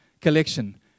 collection